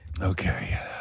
Okay